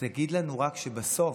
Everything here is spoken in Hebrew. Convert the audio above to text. תגיד לנו רק שבסוף,